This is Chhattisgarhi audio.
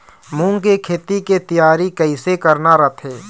मूंग के खेती के तियारी कइसे करना रथे?